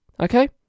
Okay